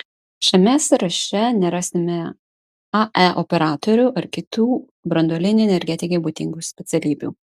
šiame sąraše nerasime ae operatorių ar kitų branduolinei energetikai būdingų specialybių